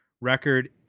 record